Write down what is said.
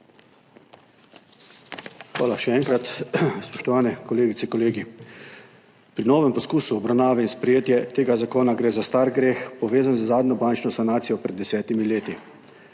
Hvala, še enkrat. Spoštovane kolegice in kolegi! Pri novem poskusu obravnave in sprejetja tega zakona gre za star greh, povezan z zadnjo bančno sanacijo pred desetimi leti.